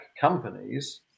companies